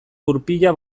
gurpila